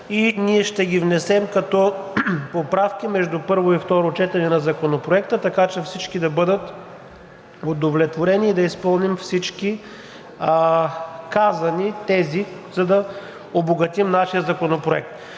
и ние ще ги внесем като поправки между първо и второ четене на Законопроекта, така че всички да бъдат удовлетворени и да изпълним всички казани тези, за да обогатим нашия законопроект.